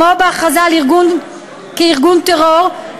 כמו בהכרזה על ארגון כארגון טרור,